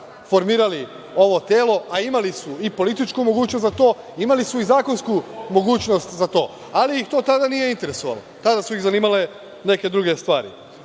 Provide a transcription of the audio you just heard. formirali ovo telo, a imali su i političku mogućnost za to, imali su i zakonsku mogućnost za to, ali ih to tada nije interesovalo. Tada su ih zanimale neke druge stvari. Dalje,